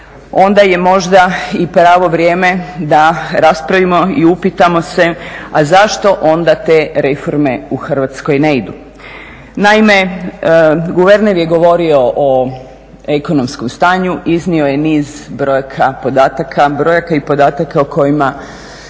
onda je možda i pravo vrijeme da raspravimo i upitamo se a zašto onda te reforme u Hrvatskoj ne idu. Naime, guverner je govorio o ekonomskom stanju, iznio je niz brojka, podataka, brojaka